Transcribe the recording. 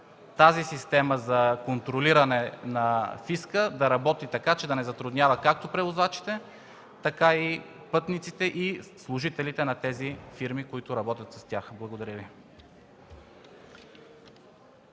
тази система за контролиране на фиска да работи и да не затруднява както превозвачите, така и пътниците и служителите на фирмите, които работят с тях. Благодаря.